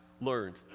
learned